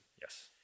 Yes